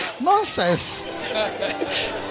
Nonsense